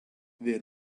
their